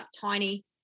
tiny